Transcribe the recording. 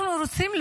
אנחנו רוצים לראות,